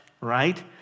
right